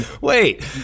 wait